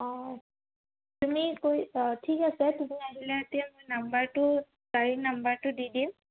অঁ তুমি কৈ অঁ ঠিক আছে তুমি আহিলে এতিয়া মোৰ নাম্বাৰটো গাড়ীৰ নাম্বাৰটো দি দিম